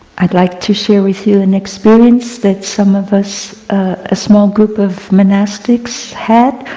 i'd like to share with you an experience that some of us, a small group of monastics had.